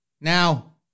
Now